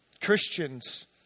Christians